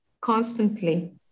constantly